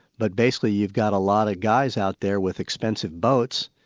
but basically you've got a lot of guys out there with expensive boats,